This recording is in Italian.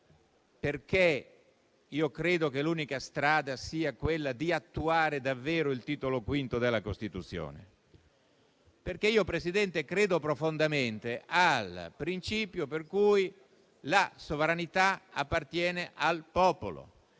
perché credo che l'unica strada sia quella di attuare davvero il Titolo V della Costituzione. Signor Presidente, credo profondamente nel principio che la sovranità appartiene al popolo.